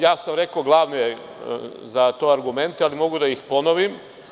Ja sam rekao glavne argumente za to, ali mogu da ih ponovim.